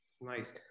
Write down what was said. Nice